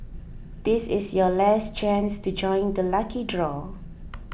this is your last chance to join the lucky draw